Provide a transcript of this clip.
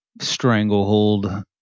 stranglehold